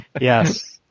Yes